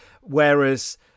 Whereas